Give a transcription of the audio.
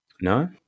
No